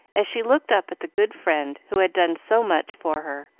as she looked up at the good friend who had done so much for her.